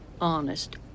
Honest